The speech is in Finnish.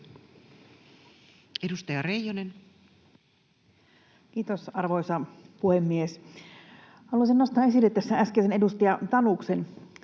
17:21 Content: Kiitos, arvoisa puhemies! Haluaisin nostaa esille tässä äskeisen edustaja Tanuksen